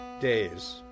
days